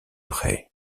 près